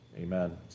amen